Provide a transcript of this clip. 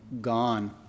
gone